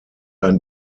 ein